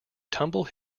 tumble